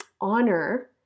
honor